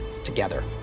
together